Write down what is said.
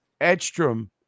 edstrom